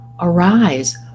arise